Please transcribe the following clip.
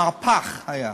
מהפך היה.